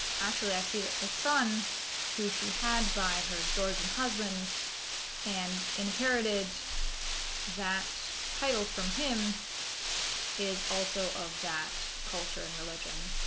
actually i see that her son who she had by her george and husband and inherited that title from him is also of that culture and religion